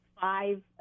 five